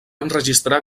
enregistrar